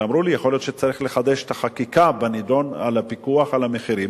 ואמרו לי: יכול להיות שצריך לחדש את החקיקה על הפיקוח על המחירים.